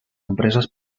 empreses